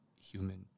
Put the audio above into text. human